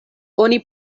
oni